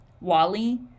Wally